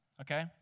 Okay